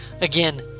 Again